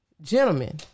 Gentlemen